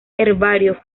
herbario